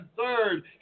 third